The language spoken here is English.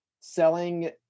selling